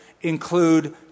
include